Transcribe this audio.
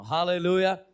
Hallelujah